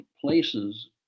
places